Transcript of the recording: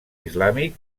islàmic